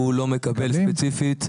הוא ספציפית לא מקבל.